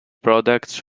products